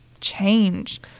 change